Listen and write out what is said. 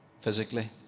physically